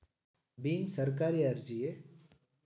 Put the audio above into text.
ಭೀಮ್ ಸರ್ಕಾರಿ ಅರ್ಜಿಯೇ?